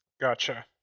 Gotcha